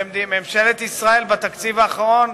וממשלת ישראל, בתקציב האחרון,